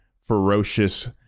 ferocious